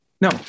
no